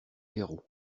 héros